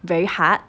very hard